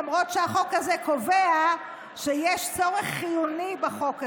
למרות שהדוח הזה קובע שיש צורך חיוני בחוק הזה.